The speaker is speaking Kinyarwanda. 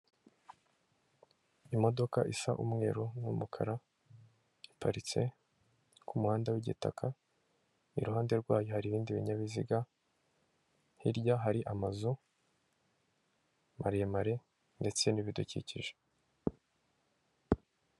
Imodoka isa umweru n'umukara iparitse ku muhanda w'igitaka iruhande rwayo hari ibindi binyabiziga, hirya hari amazu maremare ndetse n'ibidukikije.